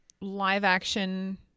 live-action